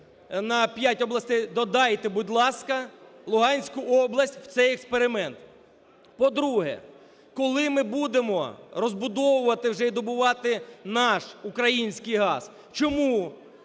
п'ять областей додайте, будь ласка, Луганську область в цей експеримент. По-друге, коли ми будемо розбудовувати і вже добувати наш український газ? Чому